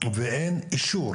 ואין אישור